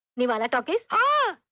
nivala talkies? ah